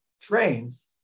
trains